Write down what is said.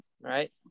Right